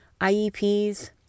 IEPs